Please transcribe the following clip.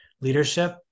leadership